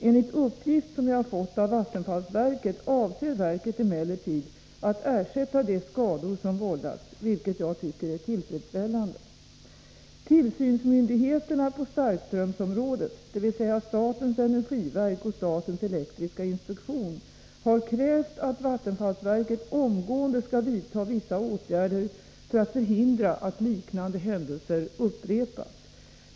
Enligt uppgift som jag har fått av vattenfallsverket avser verket emellertid att ersätta de skador som vållats, vilket jag tycker är tillfredsställande. Tillsynsmyndigheterna på starkströmsområdet, dvs. statens energiverk och statens elektriska inspektion, har krävt att vattenfallsverket omgående skall vidta vissa åtgärder för att förhindra att liknande händelser upprepas.